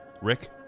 Rick